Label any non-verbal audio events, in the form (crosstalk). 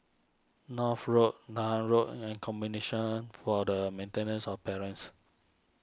North Road Nan Road and (unintelligible) for the Maintenance of Parents